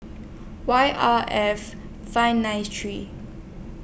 Y R F five nine three